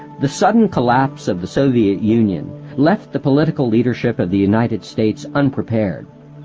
the sudden collapse of the soviet union left the political leadership of the united states unprepared.